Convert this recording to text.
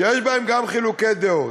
שיש להם גם חילוקי דעות,